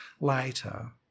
later